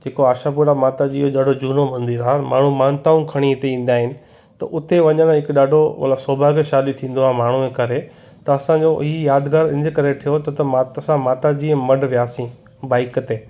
जेको आशापूरा माता जीअ जो ॾाढो जूनो मंदरु आहे माण्हू मान्यताऊं खणी हिते ईंदा आहिनि त उते वञणु हिकु ॾाढो मन सौभाग्यशाली थींदो आहे माण्हूअ करे त असांजो हीउ यादगार इन करे थियो त माता असां माता जीअ मड वियासीं बाइक ते